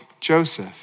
Joseph